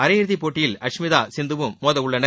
அரையிறுதி போட்டியில் அஷ்மிதாவும் சிந்துவும் மோதவுள்ளனர்